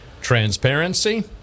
transparency